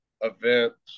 event